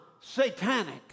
satanic